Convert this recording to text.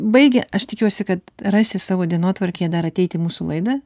baigę aš tikiuosi kad rasi savo dienotvarkėje dar ateit į mūsų laidą